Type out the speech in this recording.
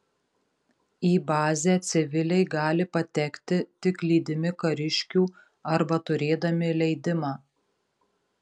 į bazę civiliai gali patekti tik lydimi kariškių arba turėdami leidimą